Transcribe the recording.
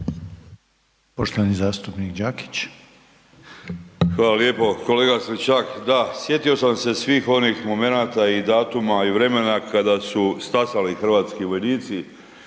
**Đakić, Josip (HDZ)** Hvala lijepo kolega Stričak. Da, sjetio sam se svih onih momenata i datuma i vremena kada su stasali hrvatski vojnici,